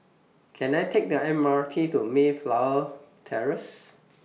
Can I Take The M R T to Mayflower Terrace